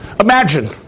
Imagine